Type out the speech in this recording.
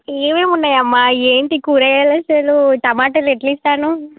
ఏవేవి ఉన్నాయమ్మ ఏంటి కూరగాయలు అసలు టమాటాలు ఎట్లా ఇస్తున్నావు